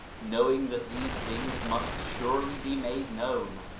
knowing that these things must surely be made known,